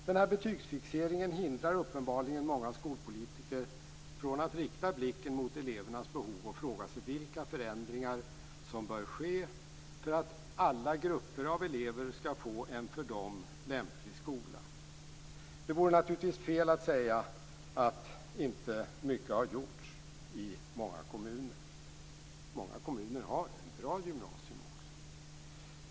Den här betygsfixeringen hindrar uppenbarligen många skolpolitiker från att rikta blicken mot elevernas behov och fråga sig vilka förändringar som bör ske för att alla grupper av elever skall få en för dem lämplig skola. Det vore naturligtvis fel att säga att inte mycket har gjorts i många kommuner. Många kommuner har också ett bra gymnasium.